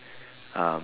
um